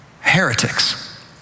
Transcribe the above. heretics